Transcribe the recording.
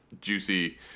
juicy